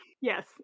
Yes